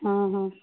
ହଁ ହଁ